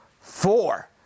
four